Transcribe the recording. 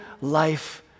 life